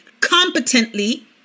competently